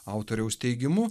autoriaus teigimu